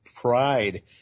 pride